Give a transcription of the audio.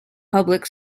public